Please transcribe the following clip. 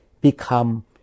become